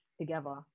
together